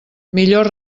millor